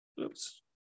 Oops